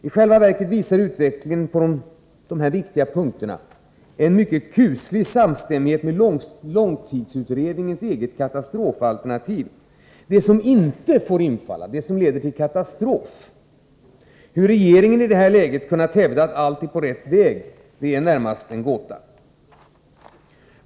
I själva verket visar utvecklingen på dessa viktiga punkter en mycket kuslig samstämmighet med långtidsutredningens eget katastrofalternativ — det som inte får infalla om vi skall få Sverige i balans. Hur regeringen i detta läge kunnat hävda att allt är på rätt väg framstår närmast som en gåta.